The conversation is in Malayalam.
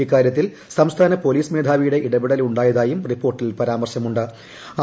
ഇക്കാര്യത്തിൽ സംസ്ഥാന പൊലീസ് മേധാവിയുടെ ഇടപെടലു ായതായും റിപ്പോർട്ടിൽ പരാമർശമു ്